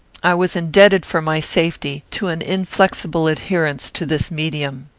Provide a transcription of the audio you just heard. i was indebted for my safety to an inflexible adherence to this medium.